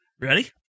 Ready